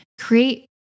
create